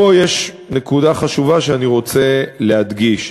פה יש נקודה חשובה שאני רוצה להדגיש: